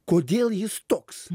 kodėl jis toks